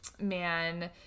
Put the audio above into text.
man